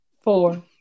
Four